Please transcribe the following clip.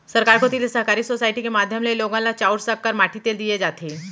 सरकार कोती ले सहकारी सोसाइटी के माध्यम ले लोगन ल चाँउर, सक्कर, माटी तेल दिये जाथे